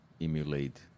emulate